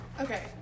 Okay